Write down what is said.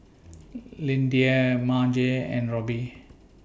Lyndia Marge and Robby